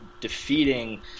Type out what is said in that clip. defeating